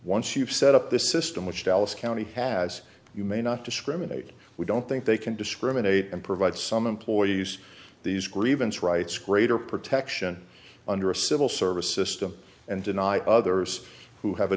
once you've set up this system which dallas county has you may not discriminate we don't think they can discriminate and provide some employees these grievance rights greater protection under a civil service system and deny others who have a